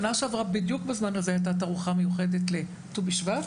שנה שעברה בדיוק בזמן הזה הייתה תערוכה מיוחדת לט"ו בשבט.